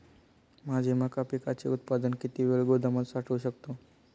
माझे मका पिकाचे उत्पादन किती वेळ गोदामात साठवू शकतो?